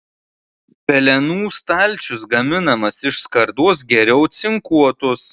pelenų stalčius gaminamas iš skardos geriau cinkuotos